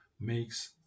makes